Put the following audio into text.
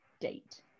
date